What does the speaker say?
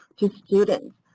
to students,